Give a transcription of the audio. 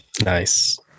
Nice